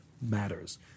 matters